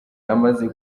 amaze